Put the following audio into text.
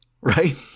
Right